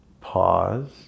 pause